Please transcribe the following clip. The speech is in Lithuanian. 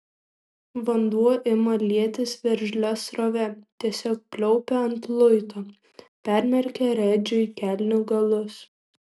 vanduo ima lietis veržlia srove tiesiog pliaupia ant luito permerkia redžiui kelnių galus